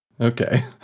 Okay